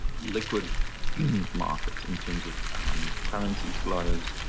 liquid markets in terms of currency flows,